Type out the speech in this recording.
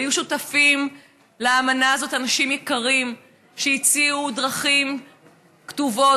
והיו שותפים לאמנה הזאת אנשים יקרים שהציעו דרכים כתובות,